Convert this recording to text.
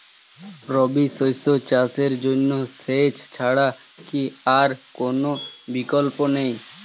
রবি শস্য চাষের জন্য সেচ ছাড়া কি আর কোন বিকল্প নেই?